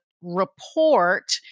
report